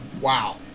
wow